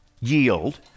yield